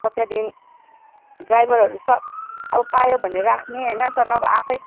sir त्यहाँदेखि ड्राइभरहरू sir अब पायो भने राख्ने होइन सर नभए आफै